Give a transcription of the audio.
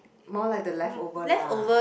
more like the leftover lah